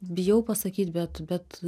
bijau pasakyt bet bet